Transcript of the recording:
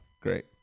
Great